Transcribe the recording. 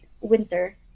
winter